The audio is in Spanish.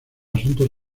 asuntos